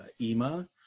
EMA